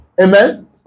Amen